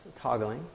toggling